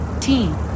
team